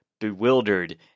bewildered